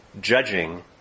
judging